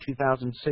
2006